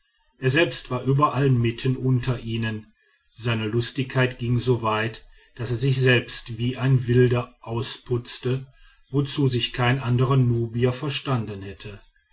er selbst war überall mitten unter ihnen seine lustigkeit ging soweit daß er sich selbst wie ein wilder ausputzte wozu sich kein anderer nubier verstanden hätte